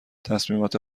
تصمیمات